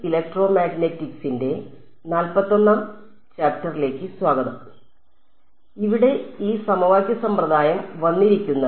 ഇവിടെ ഈ സമവാക്യ സമ്പ്രദായം വന്നിരിക്കുന്നത്